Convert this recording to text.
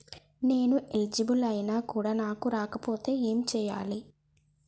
నేను ఎలిజిబుల్ ఐనా కూడా నాకు రాకపోతే ఏం చేయాలి?